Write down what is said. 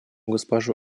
госпожу